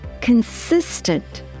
consistent